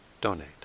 donate